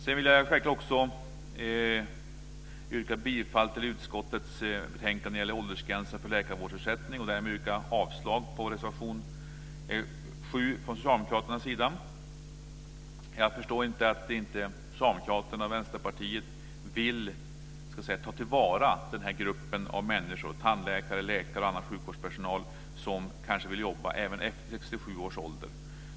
Sedan vill jag självklart yrka bifall till förslaget i utskottets betänkande när det gäller åldersgränsen för läkarvårdsersättning, och därmed yrkar jag avslag på reservation 7 från socialdemokraterna. Jag förstår inte varför Socialdemokraterna och Vänsterpartiet inte vill ta till vara den här gruppen av människor - tandläkare, läkare och annan sjukvårdspersonal - som kanske vill jobba även efter 67 års ålder.